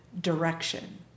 direction